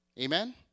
Amen